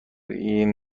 این